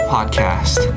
Podcast